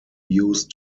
use